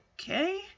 okay